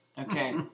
Okay